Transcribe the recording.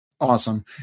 Awesome